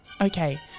okay